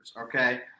Okay